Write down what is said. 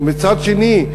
מצד שני,